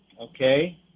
okay